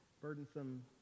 Burdensome